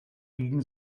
gegen